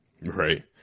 Right